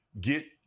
get